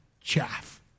chaff